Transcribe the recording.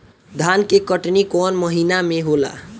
धान के कटनी कौन महीना में होला?